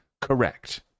correct